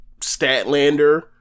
Statlander